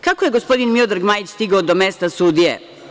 Kako je gospodin Miodrag Majić stigao do mesta sudije?